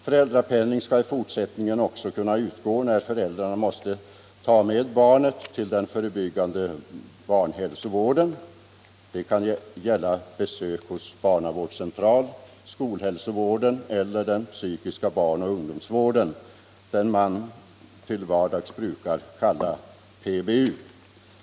Föräldrapenning skall i fortsättnignen också kunna utgå när föräldrarna måste ta med barnet till den förebyggande barnhälsovården. Det kan gälla besök hos barnavårdscentral, skolhälsovård eller psykisk barnoch ungdomsvård, den man till vardags brukar kalla PBU.